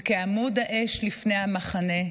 וכעמוד האש לפני המחנה,